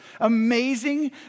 amazing